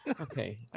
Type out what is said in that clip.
okay